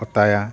ᱚᱛᱟᱭᱟ